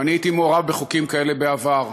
הייתי מעורב בחוקים כאלה בעבר,